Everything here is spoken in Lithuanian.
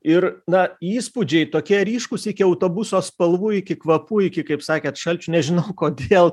ir na įspūdžiai tokie ryškūs iki autobuso spalvų iki kvapų iki kaip sakėt šalčių nežinau kodėl